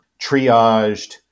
triaged